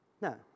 No